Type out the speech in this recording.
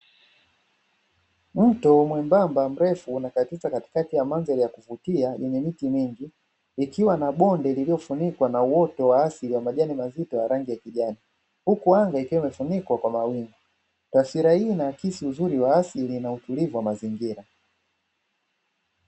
Mto mwembamba mrefu unakatiza katikati ya mandhari ya kuvutia yenye miti mingi, ikiwa na bonde lililofunikwa na uoto wa asili wenye majani mazito ya rangi ya kijani. Huku anga ikiwa imefunikwa kwa mawingu taswira hii inaakisi uzuri wa asili na utulivu wa Mazingira.